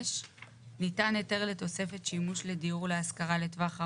(5)ניתן היתר לתוספת שימוש לדיור להשכרה לטווח ארוך,